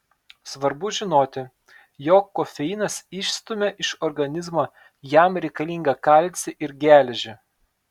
svarbu žinoti jog kofeinas išstumia iš organizmo jam reikalingą kalcį ir geležį